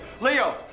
Leo